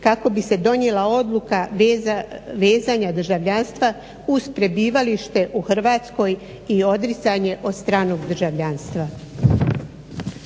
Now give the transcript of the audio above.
kako bi se donijela odluka vezanja državljanstva uz prebivalište u Hrvatskoj i odricanje od stranog državljanstva.